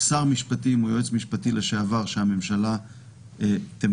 שר המשפטים או יועץ משפטי לשעבר שהממשלה תמנה,